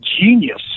genius